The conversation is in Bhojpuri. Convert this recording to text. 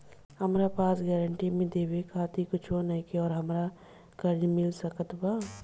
हमरा पास गारंटी मे देवे खातिर कुछूओ नईखे और हमरा कर्जा मिल सकत बा?